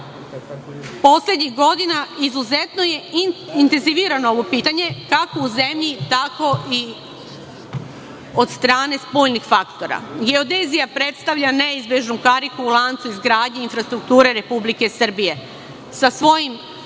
Poslednjih godina izuzetno je intenzivirano ovo pitanje, kako u zemlji, tako i od strane spoljnih faktora. Geodezija predstavlja neizbežnu kariku u lancu izgradnje infrastrukture Republike Srbije.